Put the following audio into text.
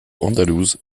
andalouse